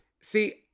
See